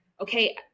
okay